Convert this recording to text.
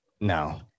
No